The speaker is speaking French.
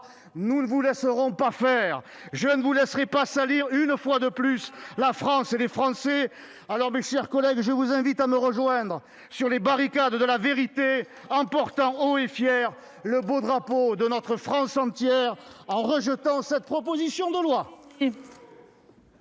Nous ne vous laisserons pas faire ! Je ne vous laisserai pas salir une fois de plus la France et les Français ! Mes chers collègues, je vous invite à me rejoindre sur les barricades de la vérité, à « porter haut et fier ce beau drapeau de notre France entière » en rejetant cette proposition de loi